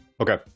Okay